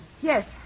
Yes